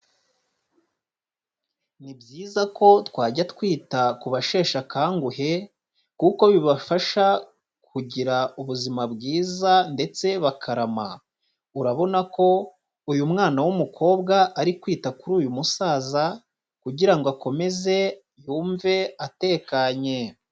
Ni byiza ko twajya twita ku basheshe akanguhe kuko bibafasha kugira ubuzima bwiza ndetse bakarama, urabona ko uyu mwana w'umukobwa ari kwita kuri uyu musaza kugira ngo akomeze yumve atekanye.